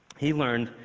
he learned,